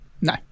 No